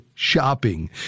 shopping